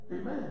Amen